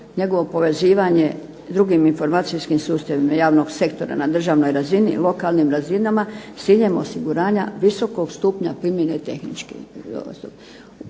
njegovo povezivanje sa drugim informacijskim sustavima javnog sektora na državnoj razini, lokalnim razinama s ciljem osiguranja visokog stupnja primjene tehnički